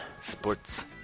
Sports